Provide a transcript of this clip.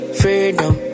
freedom